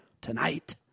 tonight